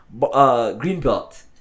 Greenbelt